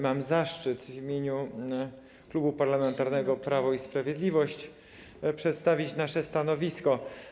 Mam zaszczyt w imieniu Klubu Parlamentarnego Prawo i Sprawiedliwość przedstawić nasze stanowisko.